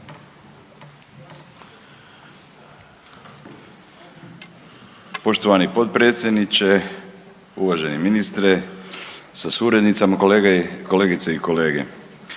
Poštovani potpredsjedniče, uvaženi ministre sa suradnicama, kolegice i kolege.